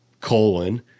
colon